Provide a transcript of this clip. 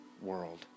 world